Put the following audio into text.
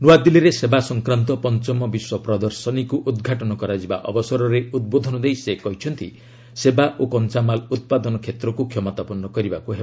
ନ୍ତଆଦିଲ୍ଲୀରେ ସେବା ସଂକ୍ରାନ୍ତ ପଞ୍ଚମ ବିଶ୍ୱ ପ୍ରଦର୍ଶନୀକୁ ଉଦ୍ଘାଟନ କରାଯିବା ଅବସରରେ ଉଦ୍ବୋଧନ ଦେଇ ସେ କହିଛନ୍ତି ସେବା ଓ କଞ୍ଚାମାଲ୍ ଉତ୍ପାଦନ କ୍ଷେତ୍ରକୁ କ୍ଷମତାପନ୍ନ କରିବାକୁ ହେବ